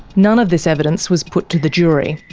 none of this evidence was put to the jury.